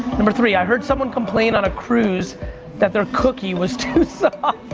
number three, i heard someone complain on a cruise that their cookie was too soft.